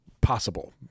possible